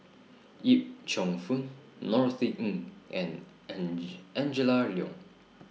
Yip Cheong Fun Norothy Ng and Angela Liong